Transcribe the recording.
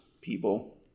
people